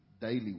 daily